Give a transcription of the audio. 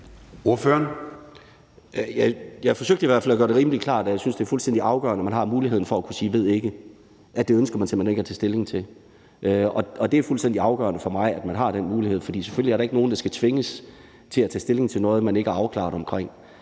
Jeg forsøgte i hvert fald at gøre det rimelig klart, at jeg synes, det er fuldstændig afgørende, at man har muligheden for at kunne sige »ved ikke«, altså at det ønsker man simpelt hen ikke at tage stilling til. Det er fuldstændig afgørende for mig, at man har den mulighed, for selvfølgelig er der ikke nogen, der skal tvinges til at tage stilling til noget, man ikke er afklaret om.